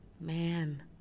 man